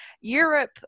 Europe